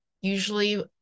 usually